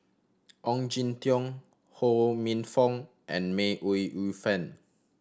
Ong Jin Teong Ho Minfong and May Ooi Yu Fen